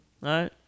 right